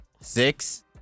six